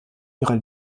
ihrer